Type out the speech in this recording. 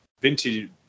Vintage